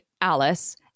Alice